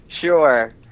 sure